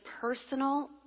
personal